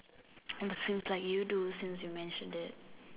and seems like you do since you mentioned it